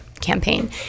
campaign